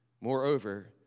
Moreover